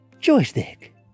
Joystick